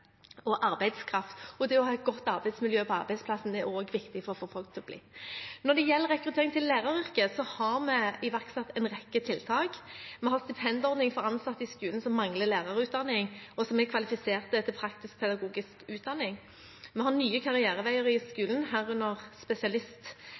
og arbeidskraft. Det å ha et godt arbeidsmiljø på arbeidsplassen er også viktig for å få folk til å bli. Når det gjelder rekrutteringen til læreryrket, har vi iverksatt en rekke tiltak. Vi har en stipendordning for ansatte i skolen som mangler lærerutdanning, og som er kvalifisert til praktisk-pedagogisk utdanning. Vi har nye karriereveier i